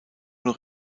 noch